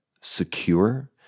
secure